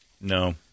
No